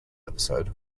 episode